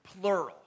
plural